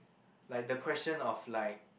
like the question of like